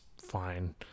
fine